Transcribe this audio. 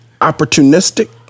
opportunistic